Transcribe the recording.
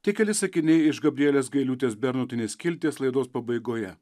tik keli sakiniai iš gabrielės gailiūtės bernotienės skilties laidos pabaigoje